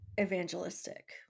evangelistic